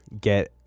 get